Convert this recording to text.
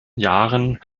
jahren